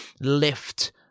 lift